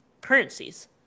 currencies